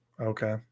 Okay